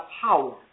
power